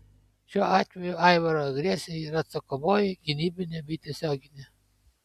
šiuo atveju aivaro agresija yra atsakomoji gynybinė bei tiesioginė